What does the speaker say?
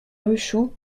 ruchoux